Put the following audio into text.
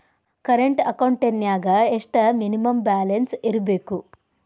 Current ಅಕೌಂಟೆಂನ್ಯಾಗ ಎಷ್ಟ minimum balance ಇರ್ಬೇಕು?